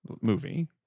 movie